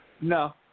No